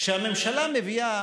כשהממשלה מביאה